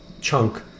chunk